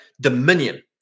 Dominion